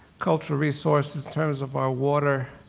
cultural resources, terms of our water,